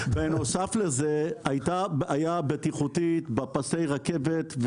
בנוסף הייתה בעיה בטיחותית בפסי הרכבת.